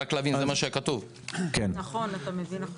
אתה מבין נכון.